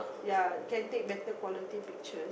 ya can take better quality pictures